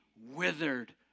withered